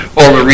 over